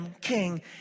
King